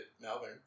Melbourne